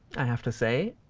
i have to say.